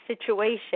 situation